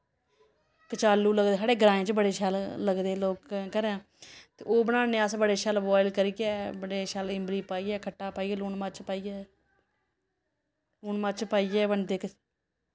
कचालू लगदे साढ़े ग्राएं च बड़े शैल लगदे लोकें दे घरें ते ओह् बनान्ने अस बड़े शैल बोआयल करियै बड़े शैल इंबली पाइयै खट्टा पाइयै लून मर्च पाइयै लून मर्च पाइयै बनदे क